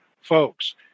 folks